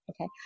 Okay